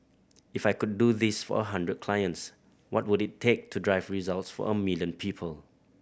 if I could do this for a hundred clients what would it take to drive results for a million people